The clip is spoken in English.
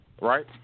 Right